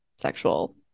Sexual